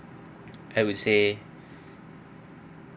I would say